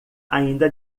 ainda